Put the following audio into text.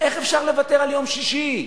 איך אפשר לוותר על יום שישי?